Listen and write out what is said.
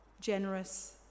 generous